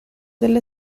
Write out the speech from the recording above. della